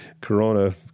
corona